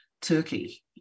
turkey